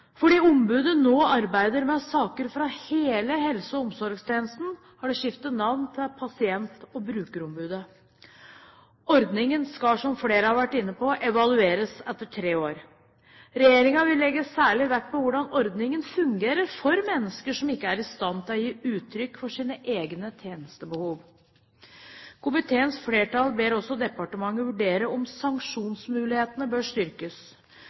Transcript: Fordi ombudet nå arbeider med saker fra hele helse- og omsorgstjenesten, har det skiftet navn til Pasient- og brukerombudet. Ordningen skal, som flere har vært inne på, evalueres etter tre år. Regjeringen vil legge særlig vekt på hvordan ordningen fungerer for mennesker som ikke er i stand til å gi uttrykk for sine egne tjenestebehov. Komiteens flertall ber også departementet vurdere om sanksjonsmulighetene bør styrkes.